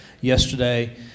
yesterday